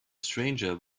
stranger